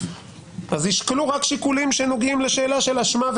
אז ישקלו רק שיקולים שנוגעים לשאלה של אשמה,